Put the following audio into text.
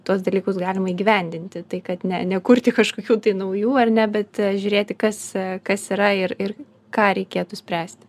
tuos dalykus galima įgyvendinti tai kad ne nekurti kažkokių tai naujų ar ne bet žiūrėti kas kas yra ir ir ką reikėtų spręsti